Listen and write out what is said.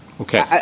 Okay